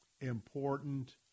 important